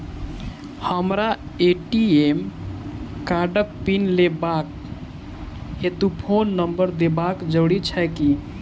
हमरा ए.टी.एम कार्डक पिन लेबाक हेतु फोन नम्बर देबाक जरूरी छै की?